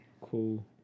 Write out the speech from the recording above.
Cool